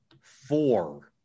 four